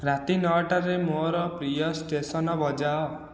ରାତି ନଅଟାରେ ମୋର ପ୍ରିୟ ଷ୍ଟେସନ ବଜାଅ